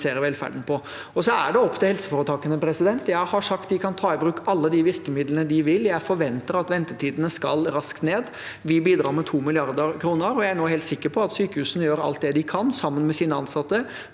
er det opp til helseforetakene. Jeg har sagt at de kan ta i bruk alle de virkemidlene de vil. Jeg forventer at ventetidene skal raskt ned. Vi bidrar med 2 mrd. kr, og jeg er nå helt sikker på at sykehusene gjør alt de kan, sammen med sine ansatte,